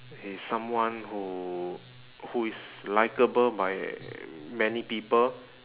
he is someone who who is likable by many people